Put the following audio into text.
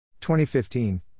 2015